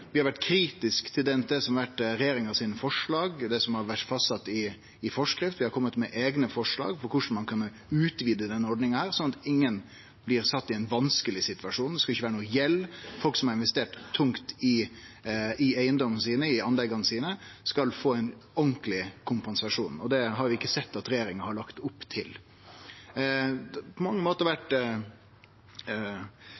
Vi har vore kritiske til det som har vore regjeringa sine forslag, det som har vore fastsett i forskrift. Vi har kome med eigne forslag til korleis ein kan utvide denne ordninga slik at ingen blir sett i ein vanskeleg situasjon, og det skal ikkje vere noka gjeld. Folk som har investert tungt i eigedomane sine, i anlegga sine, skal få ein ordentleg kompensasjon, og det har vi ikkje sett at regjeringa har lagt opp til.